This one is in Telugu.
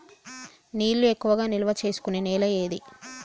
నీళ్లు ఎక్కువగా నిల్వ చేసుకునే నేల ఏది?